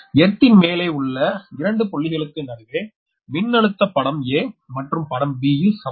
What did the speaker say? earth ன் மேலே உள்ள இரண்டு புள்ளிகளுக்கு நடுவே மின்னழுத்தம் படம் மற்றும் படம் ல் சமம்